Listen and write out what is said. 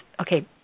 okay